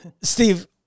steve